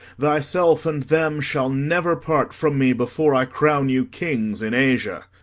thyself and them shall never part from me before i crown you kings in asia.